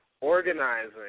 organizing